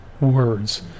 words